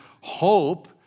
hope